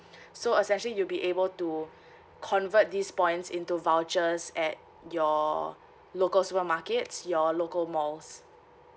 so a session you'll be able to convert these points into vouchers at your local supermarkets your local malls